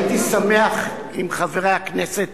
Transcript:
הייתי שמח אם חברי הכנסת